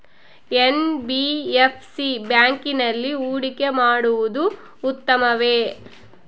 NBFC ಬ್ಯಾಂಕಿನಲ್ಲಿ ಹೂಡಿಕೆ ಮಾಡುವುದು ಉತ್ತಮವೆ?